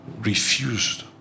refused